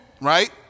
right